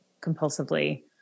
compulsively